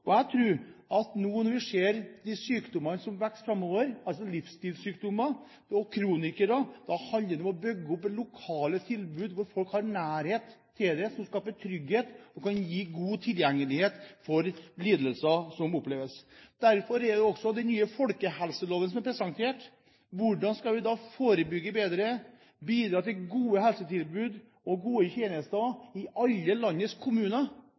Jeg tror, når vi ser hvilke sykdommer som vil vokse i omfang framover, livsstilssykdommer og kroniske sykdommer, at det handler om å bygge opp lokale tilbud som folk har nærhet til, som skaper trygghet, og som kan gi god tilgjengelighet for de lidelser de har. I forbindelse med den nye folkehelseloven som er presentert: Hvordan skal vi forebygge bedre, bidra til gode helsetilbud og gode tjenester i alle landets kommuner?